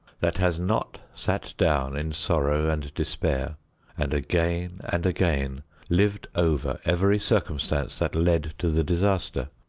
that has not sat down in sorrow and despair and again and again lived over every circumstance that led to the disaster,